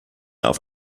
auf